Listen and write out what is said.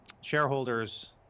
shareholders